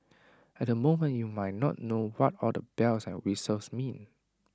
at the moment you might not know what all the bells and whistles mean